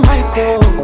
Michael